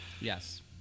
Yes